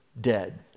dead